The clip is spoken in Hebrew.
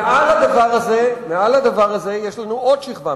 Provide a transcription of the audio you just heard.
מעל לשכבה הזאת יש לנו עוד שכבה.